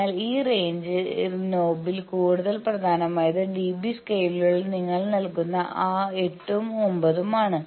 എന്നാൽ ഈ റേഞ്ച് നോബിൽ കൂടുതൽ പ്രധാനമയത് dB സ്കെയിലിൽ നിങ്ങൾ നൽകുന്ന ആ 8 ഉം 9 ഉം ആണ്